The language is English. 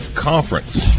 conference